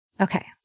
Okay